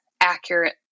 accurate